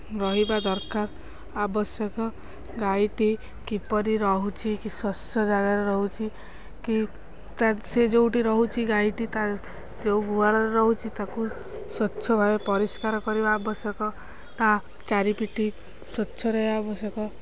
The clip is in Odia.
ରହିବା ଦରକାର ଆବଶ୍ୟକ ଗାଈଟି କିପରି ରହୁଛି କି ସ୍ୱଚ୍ଛ ଜାଗାରେ ରହୁଛି କି ତା ସେ ଯେଉଁଠି ରହୁଛି ଗାଈଟି ତା ଯେଉଁ ଗୁହାଳରେ ରହୁଛି ତାକୁ ସ୍ଵଚ୍ଛ ଭାବେ ପରିଷ୍କାର କରିବା ଆବଶ୍ୟକ ତା ଚାରିପଟ ସ୍ୱଚ୍ଛ ରହିବା ଆବଶ୍ୟକ